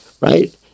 right